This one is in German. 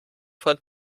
von